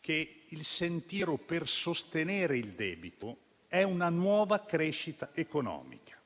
che il sentiero per sostenere il debito è una nuova crescita economica.